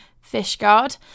Fishguard